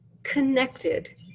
connected